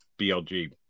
BLG